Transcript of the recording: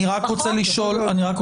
אני רק רוצה לשאול,